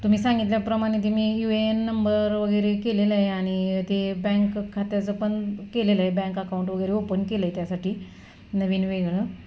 तुम्ही सांगितल्याप्रमाणे ते मी यू ए एन वगैरे केलेलं आहे आणि ते बँक खात्याचं पण केलेलं आहे बँक अकाऊंट वगैरे ओपन केलं आहे त्यासाठी नवीन वेगळं